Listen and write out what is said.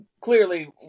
clearly